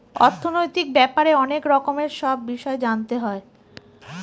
অর্থনৈতিক ব্যাপারে অনেক রকমের সব বিষয় জানতে হয়